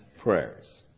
prayers